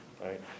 right